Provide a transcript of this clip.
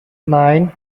nine